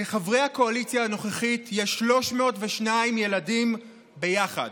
לחברי הקואליציה הנוכחית יש 302 ילדים ביחד.